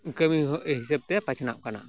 ᱠᱟᱹᱢᱤ ᱦᱤᱥᱟᱹᱵ ᱛᱮ ᱵᱟᱪᱷᱱᱟᱜ ᱠᱟᱱᱟ